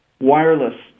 wireless